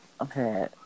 Okay